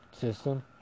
system